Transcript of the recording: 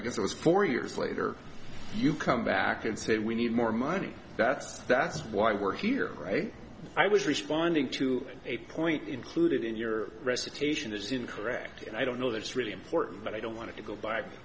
i guess it was four years later you come back and say we need more money that's that's why we're here right i was responding to a point included in your recitation is incorrect and i don't know that it's really important but i don't want to go back